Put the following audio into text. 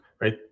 right